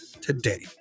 today